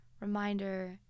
reminder